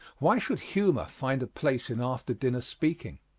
why should humor find a place in after-dinner speaking?